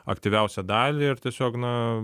aktyviausią dalį ir tiesiog na